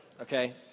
okay